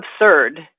absurd